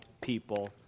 people